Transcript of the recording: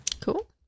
cool